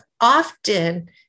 often